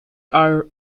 are